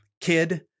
kid